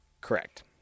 Correct